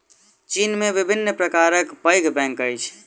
चीन में विभिन्न प्रकारक पैघ बैंक अछि